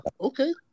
okay